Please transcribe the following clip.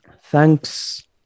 thanks